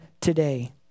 today